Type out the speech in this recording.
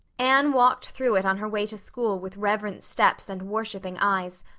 anne walked through it on her way to school with reverent steps and worshiping eyes,